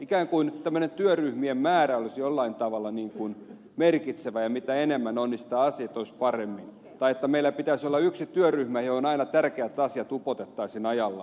ikään kuin tämmöinen työryhmien määrä olisi jollain tavalla merkitsevä mitä enemmän työryhmiä on sitä paremmin asiat olisivat tai ikään kuin meillä pitäisi olla yksi työryhmä johon aina tärkeät asiat upotettaisiin ajallaan